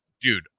dude